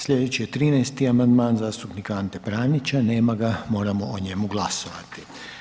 Sljedeći je 13. amandman zastupnika Ante Pranića, nema ga, moramo o njemu glasovati.